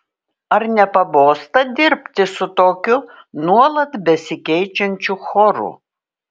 ar nepabosta dirbti su tokiu nuolat besikeičiančiu choru